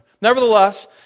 Nevertheless